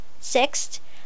Sixth